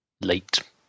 late